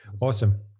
Awesome